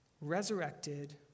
resurrected